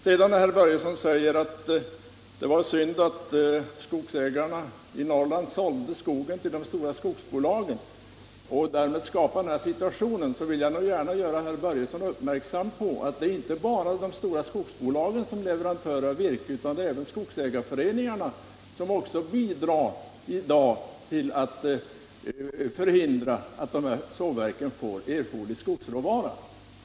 Herr Börjesson sade också att det var synd att skogsägarna i Norrland sålde skogen till de stora skogsbolagen och därmed skapade den situationen. Jag vill nog gärna göra herr Börjesson uppmärksam på att det inte bara är de stora skogsbolagen som är leverantörer av virke utan även skogsägarföreningarna. Också de bidrar till att förhindra att dessa sågverk får erforderlig skogsråvara.